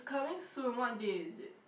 coming soon what day is it